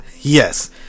Yes